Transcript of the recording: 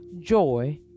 Joy